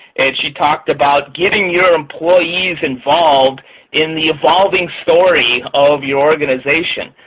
and she talked about getting your employees involved in the evolving story of your organization.